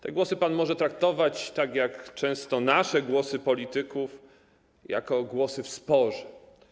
Te głosy pan może traktować, jak często nasze głosy, polityków, jako głosy w sporze.